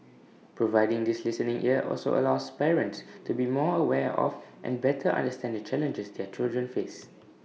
providing this listening ear also allows parents to be more aware of and better understand the challenges their children face